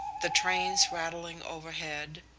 the trains rattling overhead,